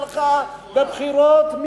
שהלכה בבחירות,